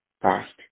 past